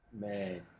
Man